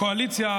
הקואליציה,